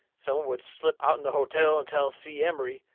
some one would slip out'n the hotel and tell si emery,